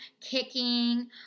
kicking